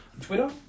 twitter